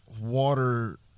water